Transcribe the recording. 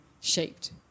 shaped